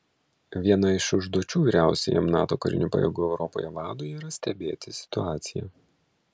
viena iš užduočių vyriausiajam nato karinių pajėgų europoje vadui yra stebėti situaciją